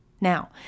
Now